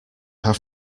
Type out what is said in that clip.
have